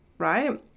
right